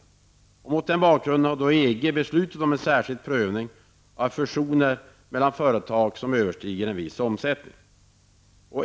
EG har mot denna bakgrund beslutat om en särskild prövning av fusioner mellan företag som överstiger en viss omsättning.